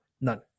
None